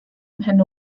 mhen